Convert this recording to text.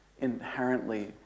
inherently